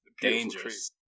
dangerous